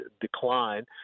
decline